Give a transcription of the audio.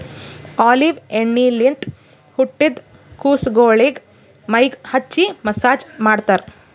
olive ಎಣ್ಣಿಲಿಂತ್ ಹುಟ್ಟಿದ್ ಕುಸಗೊಳಿಗ್ ಮೈಗ್ ಹಚ್ಚಿ ಮಸ್ಸಾಜ್ ಮಾಡ್ತರ್